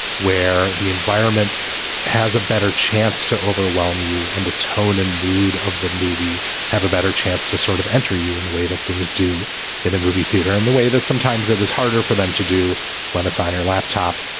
where the environment has a better chance to overwhelm you. and the tone and mood of the movie have a better chance to sort of enter you in the way that things do in a movie theater, in the way that sometimes it is harder for them to do when it's on your laptop,